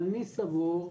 אני סבור,